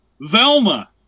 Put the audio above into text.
Velma